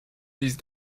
these